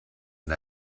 and